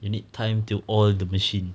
you need time to oil the machine